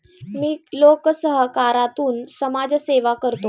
मी लोकसहकारातून समाजसेवा करतो